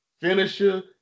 finisher